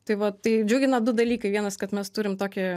tai vat tai džiugina du dalykai vienas kad mes turim tokį